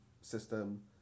system